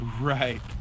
Right